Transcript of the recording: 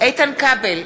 איתן כבל,